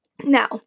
Now